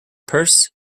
purse